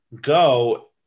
go